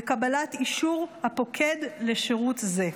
וקבלת אישור הפוקד לשירות זה.